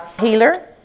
healer